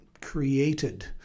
created